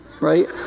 right